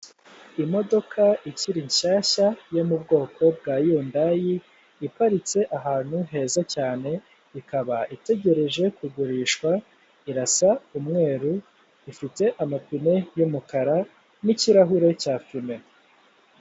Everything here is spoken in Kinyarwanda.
Imodoka ikiri nshyashya yo mu bwoko bwa yundayi iparitse ahantu heza cyane ikaba itegereje kugurishwa irasa umweru ifite amapine y'umukara n'ikirahure cya fime.